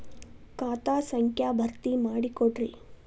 ಖಾತಾ ಸಂಖ್ಯಾ ಭರ್ತಿ ಮಾಡಿಕೊಡ್ರಿ